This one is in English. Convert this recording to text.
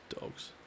Dogs